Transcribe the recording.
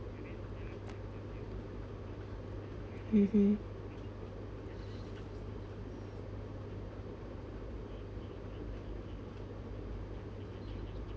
mmhmm